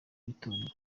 w’itorero